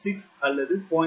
6 அல்லது 0